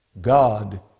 God